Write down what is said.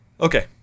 Okay